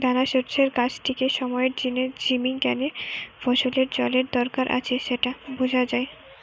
দানাশস্যের গাছটিকে সময়ের জিনে ঝিমি গ্যানে ফসলের জলের দরকার আছে স্যাটা বুঝা যায়